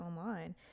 online